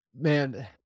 man